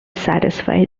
satisfy